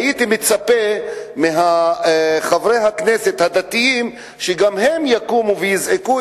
הייתי מצפה מחברי הכנסת הדתיים שגם הם יקומו ויזעקו